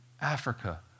Africa